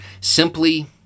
simply